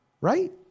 Right